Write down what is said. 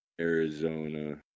Arizona